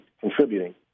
contributing